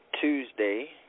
Tuesday